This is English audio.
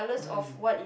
mm